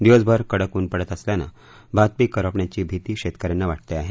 दिवसभर कडक ऊन पडत असल्यानं भात पीक करपण्याची भीती शेतकऱ्यांना वाटते आहे